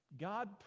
God